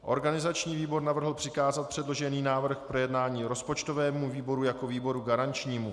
Organizační výbor navrhl přikázat předložený návrh k projednání rozpočtovému výboru jako výboru garančnímu.